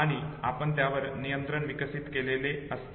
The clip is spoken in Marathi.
आणि आपण त्यावर नियंत्रण विकसित केलेले असते